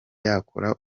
yakora